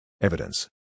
Evidence